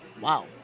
wow